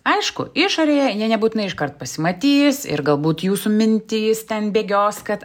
aišku išorėje jie nebūtinai iškart pasimatys ir galbūt jūsų mintis ten bėgios kad